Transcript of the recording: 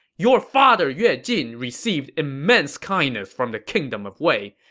your father yue jin received immense kindness from the kingdom of wei.